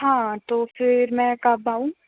हाँ तो फिर मैं कब आऊँ